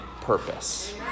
purpose